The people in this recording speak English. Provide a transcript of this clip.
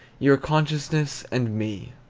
your consciousness and me.